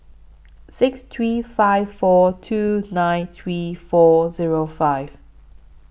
six three five four two nine three four Zero five